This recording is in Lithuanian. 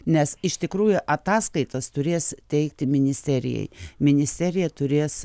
nes iš tikrųjų ataskaitas turės teikti ministerijai ministerija turės